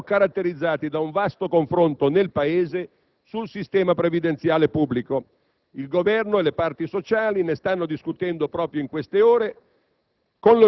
saranno caratterizzati da un vasto confronto nel Paese sul sistema previdenziale pubblico. Il Governo e le parti sociali ne stanno discutendo proprio in queste ore,